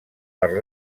per